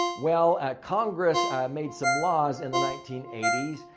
well, congress made some laws in the nineteen eighty s.